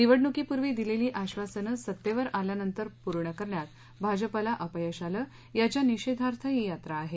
निवडणुकीपूर्वी दिलेली आक्षासनं सत्तेवर आल्यानंतर पूर्ण करण्यात भाजपला अपयश आलं याच्या निषेधार्थ ही यात्रा आहे